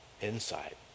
inside